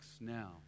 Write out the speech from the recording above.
now